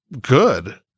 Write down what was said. good